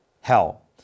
hell